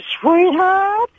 sweetheart